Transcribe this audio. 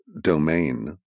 domain